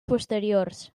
posteriors